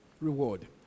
reward